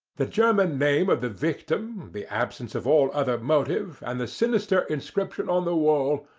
the german name of the victim, the absence of all other motive, and the sinister inscription on the wall,